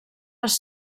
les